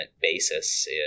basis